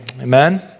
Amen